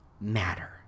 matter